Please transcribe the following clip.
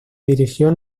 dirigió